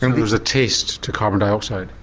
um but was a taste to carbon dioxide?